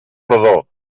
rodó